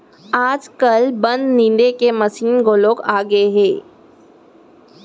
आजकाल बन निंदे के मसीन घलौ आगे हे